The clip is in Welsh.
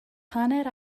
hanner